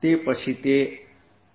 તે પછી area 0Rsds02πdϕ2πs22|0RπR2 થશે